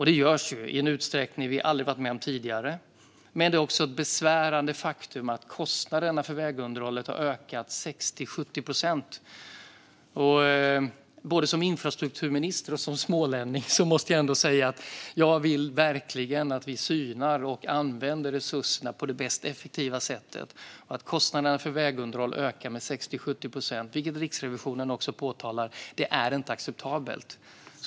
Det görs ju i en utsträckning vi aldrig varit med om tidigare, men det är också ett besvärande faktum att kostnaderna för vägunderhållet har ökat med 60-70 procent. Som infrastrukturminister och smålänning måste jag säga att jag verkligen vill att vi synar och använder resurserna på det mest effektiva sättet. Att kostnaderna för vägunderhåll ökar med 60-70 procent, vilket Riksrevisionen också påtalar, är inte acceptabelt.